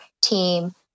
team